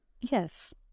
Yes